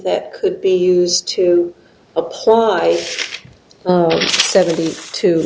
that could be used to apply